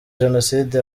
jenoside